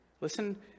listen